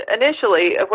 initially